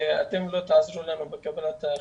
ולא תעזרו לנו בקבלת ההחלטות'.